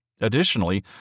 Additionally